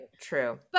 True